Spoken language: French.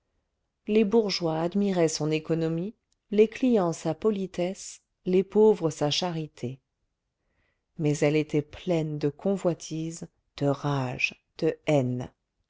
les bourgeoises admiraient son économie les clients sa politesse les pauvres sa charité mais elle était pleine de convoitises de rage de haine